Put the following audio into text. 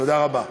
תודה רבה.